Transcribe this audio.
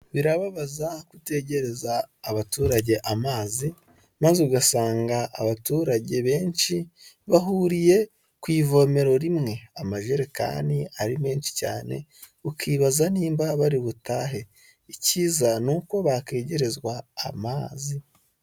Birababaza kutegereza abaturage amazi, maze ugasanga abaturage benshi bahuriye ku ivomero rimwe, amajerekani ari menshi cyane ukibaza nimba bari butahe. Icyiza ni uko bakwegerezwa amazi.